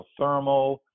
geothermal